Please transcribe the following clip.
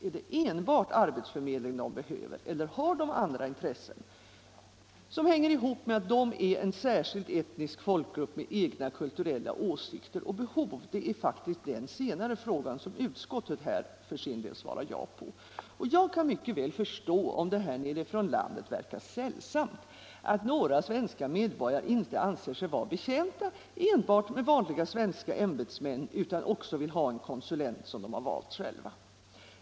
Är det enbart arbetsförmedling de behöver, ST eller har de andra intressen som hänger ihop med att de är en etnisk folkgrupp med egna kulturella åsikter och behov? Det är faktiskt den senare frågan som utskottet för sin del svarar ja på. Jag kan mycket väl förstå om det här nere från landet sett verkar sällsamt att några svenska medborgare inte anser sig vara betjänta enbart med vanliga svenska ämbetsmän, utan också vill ha en konsulent som de har valt själva.